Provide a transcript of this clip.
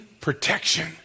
protection